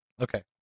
Okay